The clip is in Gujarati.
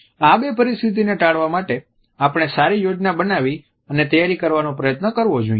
આ બે પરિસ્થિતિઓને ટાળવા માટે આપણે સારી યોજના બનાવી અને તૈયારી કરવાનો પ્રયાસ કરવો જોઈએ